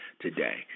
today